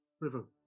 River